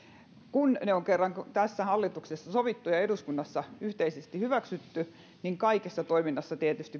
kun ne on kerran tässä hallituksessa sovittu ja eduskunnassa yhteisesti hyväksytty niin kaikessa toiminnassa tietysti